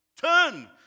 Turn